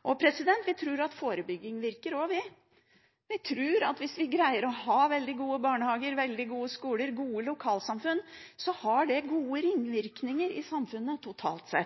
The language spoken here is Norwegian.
Vi tror òg at forebygging virker. Vi tror at hvis vi greier å ha veldig gode barnehager, veldig gode skoler og gode lokalsamfunn, så har det gode ringvirkninger i samfunnet totalt